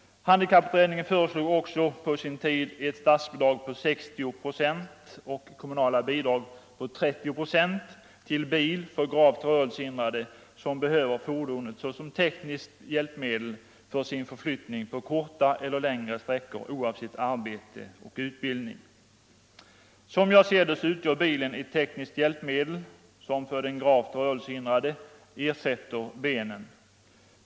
Handikapputredningen föreslog också på sin tid ett statsbidrag med 60 procent och kommunala bidrag på 30 procent till inköp av bil för gravt rörelsehindrade, som behöver fordonet som tekniskt hjälpmedel för sin förflyttning på korta eller längre sträckor, oavsett arbete och utbildning. Som jag ser det utgör bilen ett tekniskt hjälpmedel, som för den gravt rörelsehindrade ersätter benen.